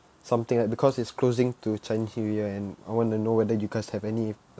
something like because it's closing to chinese new year and I want to know whether you guys have any